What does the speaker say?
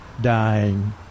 dying